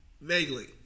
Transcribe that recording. Vaguely